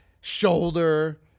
shoulder